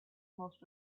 most